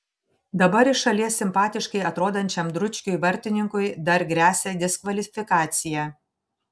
dabar iš šalies simpatiškai atrodančiam dručkiui vartininkui dar gresia diskvalifikacija